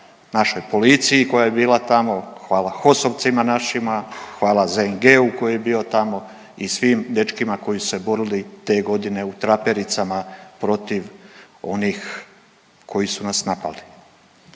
našoj policiji koja je bila tamo, hvala HOS-ovcima našima, hvala ZNG-u koji je bio tamo i svim dečkima koji su se borili te godine u trapericama protiv onih koji su nas napali.